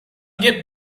get